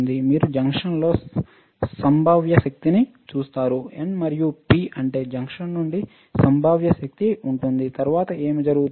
మీరు జంక్షన్లో సంభావ్య శక్తిని చూస్తారు N మరియు P ఉంటే జంక్షన్ నుండి సంభావ్య శక్తి ఉంటుంది తరువాత ఏమి జరుగుతుంది